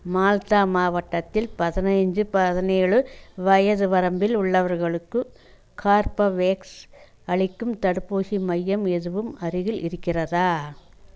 மால்தா மாவட்டத்தில் பதினைஞ்சி பதினேழு வயது வரம்பில் உள்ளவர்களுக்கு கார்பவேக்ஸ் அளிக்கும் தடுப்பூசி மையம் எதுவும் அருகில் இருக்கிறதா